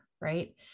right